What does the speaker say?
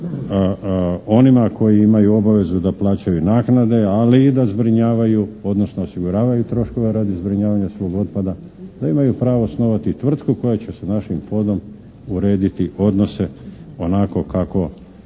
onima koji imaju obvezu da plaćaju naknade, ali i da zbrinjavaju, odnosno osiguravaju troškove radi zbrinjavanja svog otpada, da imaju pravo osnovati tvrtku koja će sa našim Fondom urediti odnose onako kako